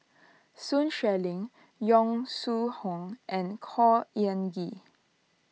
Sun Xueling Yong Shu Hoong and Khor Ean Ghee